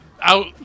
Out